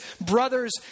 brothers